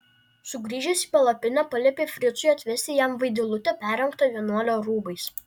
sugrįžęs į palapinę paliepė fricui atvesti jam vaidilutę perrengtą vienuolio rūbais